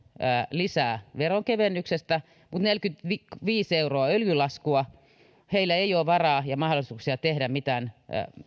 lisää veronkevennyksestä mutta neljäkymmentäviisi euroa lisää öljylaskua ja heillä ei ole varaa ja mahdollisuuksia tehdä mitään